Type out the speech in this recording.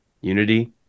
Unity